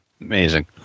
Amazing